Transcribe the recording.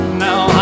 now